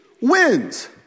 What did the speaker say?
wins